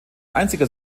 einziger